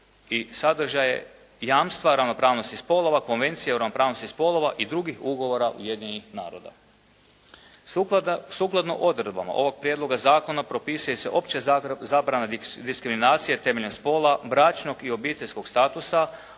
i sadržaje, jamstva ravnopravnosti spolova, Konvencije o ravnopravnosti spolova i drugih ugovora Ujedinjenih naroda. Sukladno odredbama ovog prijedloga zakona propisuje se opće zabrana diskriminacije temeljem spola, bračnog i obiteljskog statusa,